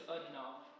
enough